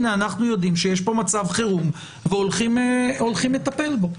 הנה אנחנו יודעים שיש פה מצב חירום והולכים לטפל בו?